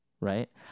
Right